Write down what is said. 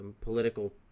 political